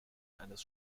eines